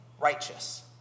righteous